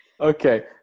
Okay